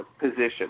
position